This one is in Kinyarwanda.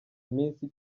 iminsi